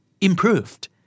improved